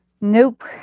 Nope